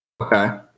Okay